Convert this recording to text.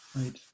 Right